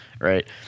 right